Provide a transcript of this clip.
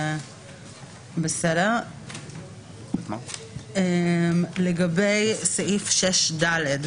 הבאה נוגעת לסעיף 6(ד),